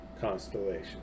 constellation